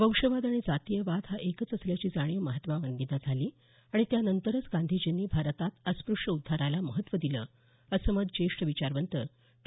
वंशवाद आणि जातीयवाद हा एकच असल्याची जाणीव महात्मा गांधींना झाली आणि त्यानंतरच गांधीजींनी भारतात अस्प्रश्योद्धाराला महत्त्व दिलं असं मत ज्येष्ठ विचारवंत डॉ